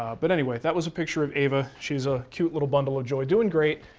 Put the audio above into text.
ah but anyway, that was a picture of ava. she's a cute little bundle of joy, doing great.